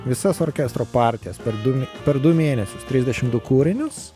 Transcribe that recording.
visas orkestro partijas per du per du mėnesius trisdešim du kūrinius